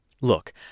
Look